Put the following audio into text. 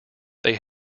they